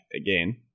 again